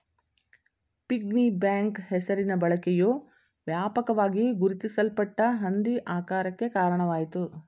piggy bank ಹೆಸರಿನ ಬಳಕೆಯು ವ್ಯಾಪಕವಾಗಿ ಗುರುತಿಸಲ್ಪಟ್ಟ ಹಂದಿ ಆಕಾರಕ್ಕೆ ಕಾರಣವಾಯಿತು